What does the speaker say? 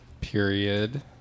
Period